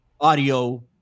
audio